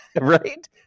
Right